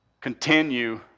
continue